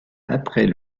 après